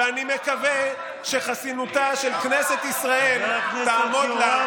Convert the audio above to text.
ואני מקווה שחסינותה של כנסת ישראל תעמוד לה,